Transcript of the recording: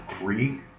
three